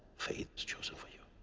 fate's chosen for you.